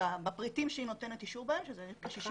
בפריטים שהיא נותנת אישור בהם 60